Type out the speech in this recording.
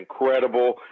incredible